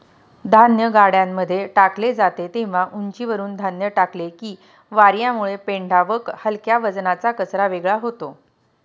धान्य गाड्यांमध्ये टाकले जाते तेव्हा उंचीवरुन धान्य टाकले की वार्यामुळे पेंढा व हलक्या वजनाचा कचरा वेगळा होतो